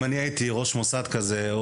אם אני הייתי ראש מוסד כזה,